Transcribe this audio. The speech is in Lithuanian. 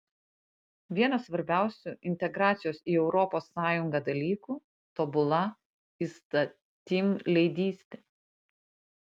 vienas svarbiausių integracijos į europos sąjungą dalykų tobula įstatymleidystė